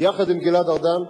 שוקעת באגן,